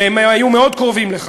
והם היו מאוד קרובים לכך,